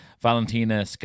Valentina